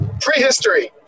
Prehistory